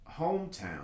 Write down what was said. hometown